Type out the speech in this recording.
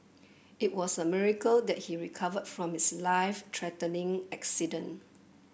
it was a miracle that he recovered from his life threatening accident